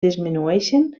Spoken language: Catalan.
disminueixen